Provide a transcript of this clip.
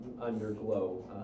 underglow